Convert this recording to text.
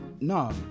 no